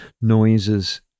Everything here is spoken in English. noises